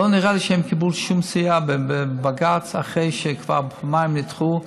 לא נראה לי שהם יקבלו שום סיוע בבג"ץ אחרי שכבר פעמיים נדחו.